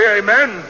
amen